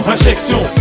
injection